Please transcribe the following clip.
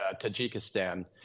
Tajikistan